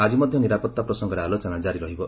ଆଜି ମଧ୍ୟ ନିରାପତ୍ତା ପ୍ରସଙ୍ଗରେ ଆଲୋଚନା କାରି ରହିବ